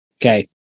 Okay